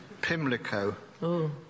Pimlico